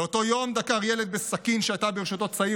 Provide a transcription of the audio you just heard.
באותו יום דקר ילד בסכין שהייתה ברשותו צעיר